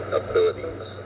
abilities